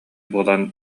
буолан